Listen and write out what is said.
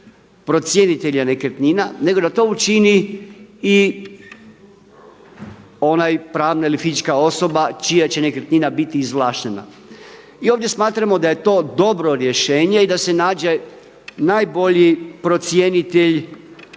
procjenitelja nekretnina nego da to učini i onaj pravna ili fizička osoba čija će nekretnina biti izvlaštena. Mi ovdje smatramo da je to dobro rješenje i da se nađe najbolji procjenitelj